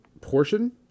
portion